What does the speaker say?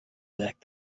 back